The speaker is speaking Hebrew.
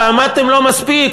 ואמרתם: לא מספיק,